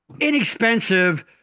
inexpensive